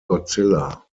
godzilla